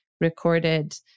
recorded